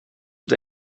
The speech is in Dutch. het